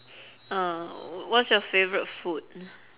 uh wha~ what's your favourite food